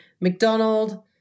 McDonald